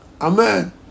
Amen